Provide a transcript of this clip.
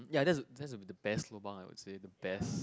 ya that's the that's the best lobang I would say the best